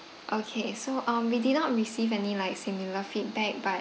okay so um we did not receive any like similar feedback but